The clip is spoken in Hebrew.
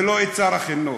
ולא את שר החינוך.